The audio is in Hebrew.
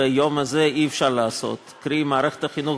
ביום הזה אי-אפשר לעשות אותן כי מערכת החינוך